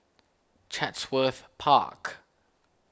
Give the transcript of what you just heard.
Chatsworth Park